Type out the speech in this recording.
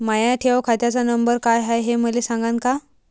माया ठेव खात्याचा नंबर काय हाय हे मले सांगान का?